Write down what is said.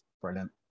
Brilliant